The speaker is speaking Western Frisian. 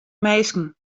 minsken